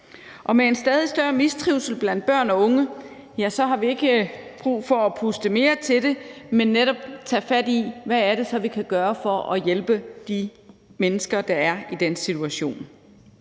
Og med en stadig større mistrivsel blandt børn og unge har vi ikke brug for at puste mere til det, men netop tage fat i, hvad det så er, vi kan gøre for at hjælpe de mennesker, der er i den situation.